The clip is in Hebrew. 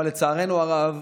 אבל לצערנו הרב,